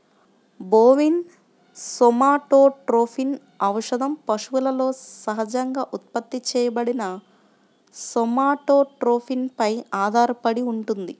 bovine somatotropin ఔషధం పశువులలో సహజంగా ఉత్పత్తి చేయబడిన సోమాటోట్రోపిన్ పై ఆధారపడి ఉంటుంది